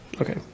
Okay